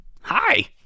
hi